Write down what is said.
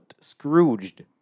Scrooged